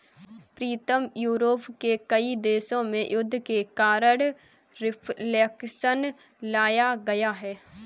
प्रीतम Europe के कई देशों में युद्ध के कारण रिफ्लेक्शन लाया गया है